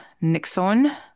Nixon